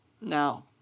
now